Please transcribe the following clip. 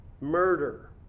murder